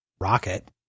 Rocket